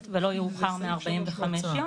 לא יכולים ליזום הצעות חוק.